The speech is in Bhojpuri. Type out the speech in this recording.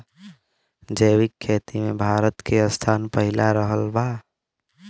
जैविक खेती मे भारत के स्थान पहिला रहल बा